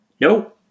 No